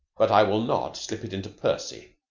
but i will not slip it into percy.